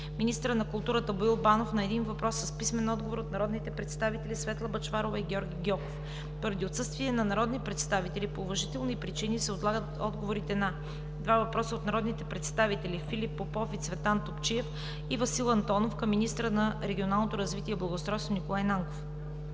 министърът на културата Боил Банов – на един въпрос с писмен отговор от народните представители Светла Бъчварова и Георги Гьоков. Поради отсъствие на народни представители по уважителни причини се отлагат отговорите на: - два въпроса от народните представители Филип Попов и Цветан Топчиев; и Васил Антонов към министъра на регионалното развитие и благоустройството Николай Нанков;